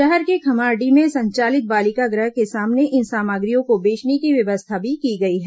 शहर के खम्हारडीह में संचालित बालिका गृह के सामने इन सामग्रियों को बेचने की व्यवस्था भी की गई है